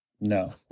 no